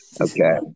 Okay